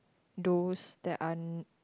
those that are